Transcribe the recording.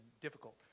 difficult